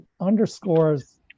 underscores